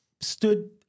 stood